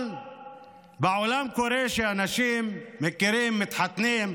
שאלה, אבל בעולם קורה שאנשים מכירים, מתחתנים,